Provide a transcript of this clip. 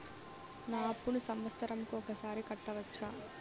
నా అప్పును సంవత్సరంకు ఒకసారి కట్టవచ్చా?